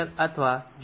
અથવા 0